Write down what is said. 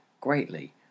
greatly